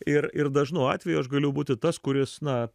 ir ir dažnu atveju aš galiu būti tas kuris na